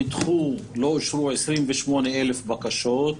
נדחו ולא אושרו, 28 אלף בקשות,